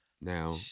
now